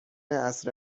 عصر